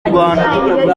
rwanda